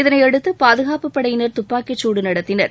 இதனையடுத்து பாதுகாப்புப் படையினர் துப்பாக்கிச்சூடு நடத்தினர்